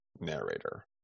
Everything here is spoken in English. narrator